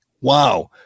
Wow